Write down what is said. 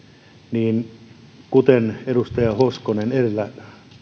kuten edustaja hoskonen edellä